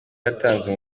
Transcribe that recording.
yatanze